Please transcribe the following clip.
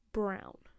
brown